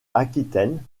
aquitaine